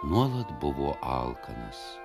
nuolat buvo alkanas